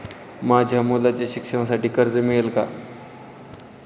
माझ्या मुलाच्या शिक्षणासाठी कर्ज मिळेल काय?